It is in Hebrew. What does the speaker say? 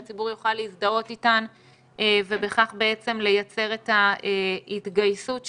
שהציבור יוכל להזדהות איתן ובכך לייצר את ההתגייסות שלו.